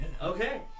Okay